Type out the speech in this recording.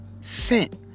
cent